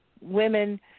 women